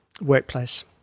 workplace